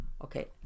Okay